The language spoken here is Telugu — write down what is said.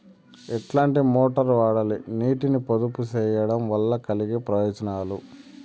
ఎట్లాంటి మోటారు వాడాలి, నీటిని పొదుపు సేయడం వల్ల కలిగే ప్రయోజనాలు?